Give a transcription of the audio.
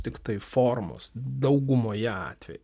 tiktai formos daugumoje atvejų